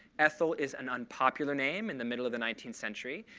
ethel is an unpopular name in the middle of the nineteenth century,